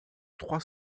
trois